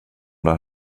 där